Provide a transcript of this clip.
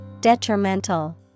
detrimental